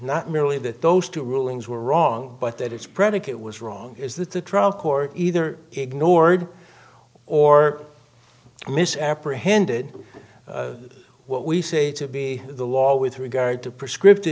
not merely that those two rulings were wrong but that it's predicate was wrong is that the trial court either ignored or mis apprehended what we say to be the law with regard to prescripti